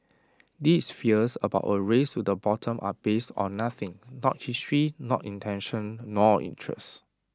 these fears about A race to the bottom are based on nothing not history not intention nor interest